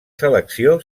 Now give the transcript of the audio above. selecció